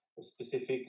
specific